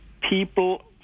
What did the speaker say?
People